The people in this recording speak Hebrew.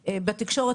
בתקשורת,